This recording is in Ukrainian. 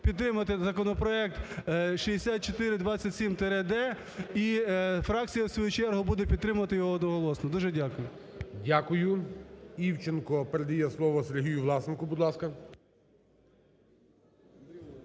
підтримати законопроект 6427-д. І фракція, в свою чергу, буде підтримувати його одноголосно. Дуже дякую. ГОЛОВУЮЧИЙ. Дякую. Івченко передає слово Сергію Власенку. Будь ласка.